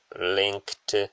linked